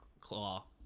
claw